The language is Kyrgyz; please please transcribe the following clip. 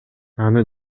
аны